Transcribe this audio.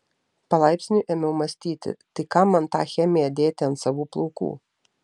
palaipsniui ėmiau mąstyti tai kam man tą chemiją dėti ant savų plaukų